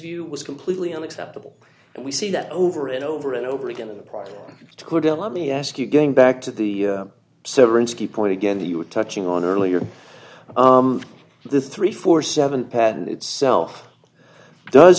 view was completely unacceptable and we see that over and over and over again in the product to cordell let me ask you going back to the severance key point again the you were touching on earlier this three four seven patent itself does